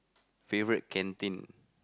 favourite canteen